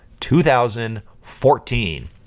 2014